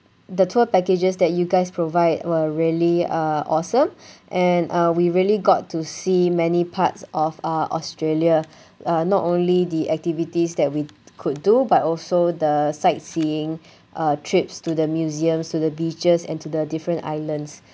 the tour packages that you guys provide were really uh awesome and uh we really got to see many parts of uh australia uh not only the activities that we could do but also the sightseeing uh trips to the museums to the beaches and to the different islands